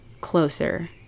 closer